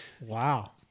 Wow